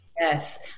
Yes